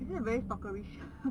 is it a very cockerish